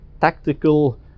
tactical